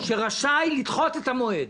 שרשאי לדחות את המועד.